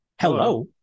hello